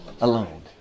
alone